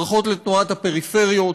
ברכות לתנועת הפריפריות,